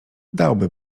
dałby